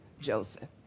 Joseph